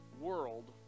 world